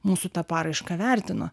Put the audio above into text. mūsų tą paraišką vertino